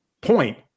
point